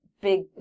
big